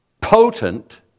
potent